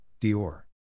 Dior